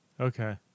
Okay